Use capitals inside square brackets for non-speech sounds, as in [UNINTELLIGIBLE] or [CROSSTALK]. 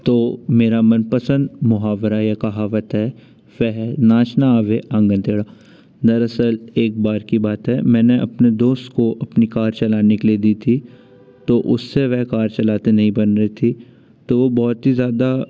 तो मेरा मनपसंद मुहावरा या कहावत है [UNINTELLIGIBLE] शहर नाच ना आवे आँगन टेढ़ा दरअसल एक बार की बात है मैंने अपने दोस्त को अपनी कार चलाने के लिए दी थी तो उससे वह कर चलते नहीं बन रही थी तो वो बहुत ही ज़्यादा